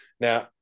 Now